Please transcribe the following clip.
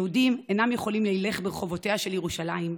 יהודים אינם יכולים לילך ברחובה של ירושלים.